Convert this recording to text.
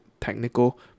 technical